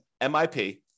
MIP